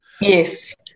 Yes